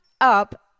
up